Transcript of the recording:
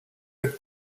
être